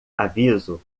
aviso